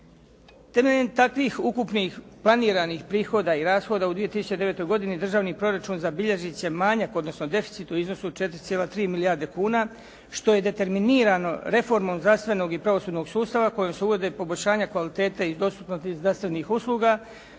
Temeljem takvih ukupnih planiranih prihoda i rashoda u 2009. godini državni proračun zabilježit će manjak, odnosno deficit u iznosu od 4,3 milijarde kuna što je determinirano reformom zdravstvenog i pravosudnog sustava kojim se uvode poboljšanja kvalitete i dostupnosti zdravstvenih usluga